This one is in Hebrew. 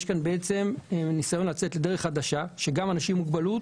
יש כאן בעצם ניסיון לצאת לדרך חדשה שגם אנשים עם מוגבלות